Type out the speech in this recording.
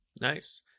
Nice